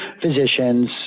physicians